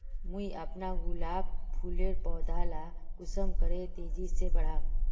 मुई अपना गुलाब फूलेर पौधा ला कुंसम करे तेजी से बढ़ाम?